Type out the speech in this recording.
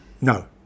No